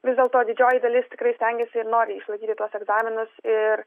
vis dėlto didžioji dalis tikrai stengiasi ir nori išlaikyti tuos egzaminus ir